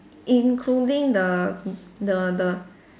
including the the the